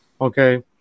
Okay